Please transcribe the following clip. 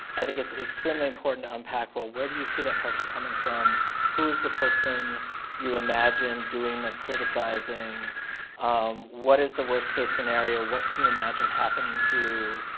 i think it's extremely important to unpack well, where do you see that pressure coming from who is the person you? imagine doing the criticizing um what is the worst-case scenario? what can you imagine happening to you?